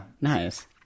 Nice